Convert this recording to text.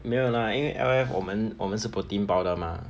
没有 lah 因为 L_F 我们我们是 protein powder mah